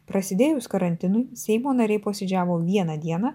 prasidėjus karantinui seimo nariai posėdžiavo vieną dieną